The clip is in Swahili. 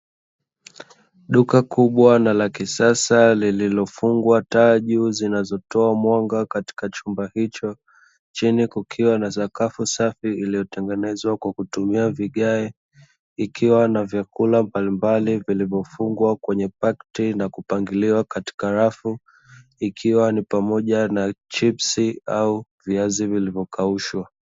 Duka kubwa na la kisasa lililofungwa taa juu zinazotoa mwanga katika chumba hicho. Chini kukiwa na sakafu safi iliyotengenezwa kwa kutumia vigae. Ikiwa na vyakula mbalimbali vilivyofungwa kwenye pakiti na kupangiliwa katika rafu, ikiwa ni pamoja na chipsi au viazi vilivokaushwa.